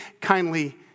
kindly